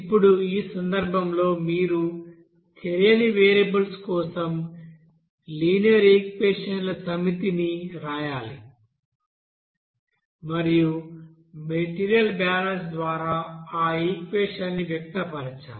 ఇప్పుడు ఈ సందర్భంలో మీరు తెలియని వేరియబుల్స్ కోసం లినియర్ ఈక్వెషన్స్ సమితిని ఇక్కడ వ్రాయాలి మరియు మెటీరియల్ బ్యాలెన్స్ ద్వారా ఆ ఈక్వెషన్స్ ని వ్యక్తపరచాలి